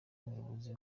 umuyobozi